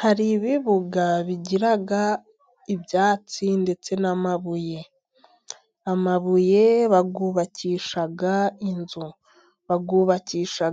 Hari ibibuga bigira ibyatsi ndetse n'amabuye. Amabuye bayubakisha inzu, bayubakisha